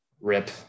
Rip